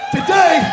Today